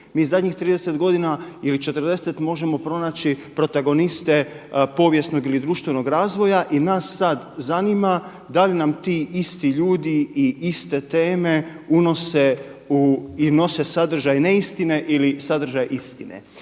Mi zadnjih 30 godina ili 40 možemo pronaći protagoniste povijesnog ili društvenog razvoja. I nas sad zanima da li nam ti isti ljudi i iste teme unose i nose sadržaj neistine ili sadržaj istine.